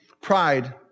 pride